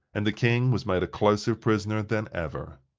and the king was made a closer prisoner than ever.